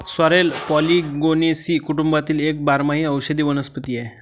sorrel Polygonaceae कुटुंबातील एक बारमाही औषधी वनस्पती आहे